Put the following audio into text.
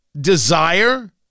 desire